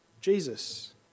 Jesus